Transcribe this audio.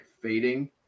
fading